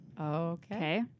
Okay